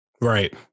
Right